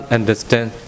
understand